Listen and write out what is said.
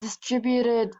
distributed